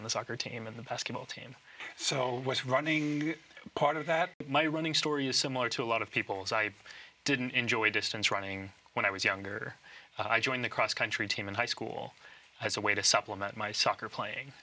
on the soccer team in the basketball team so was running part of that my running story is similar to a lot of people if i didn't enjoy distance running when i was younger i joined the cross country team in high school as a way to supplement my soccer playing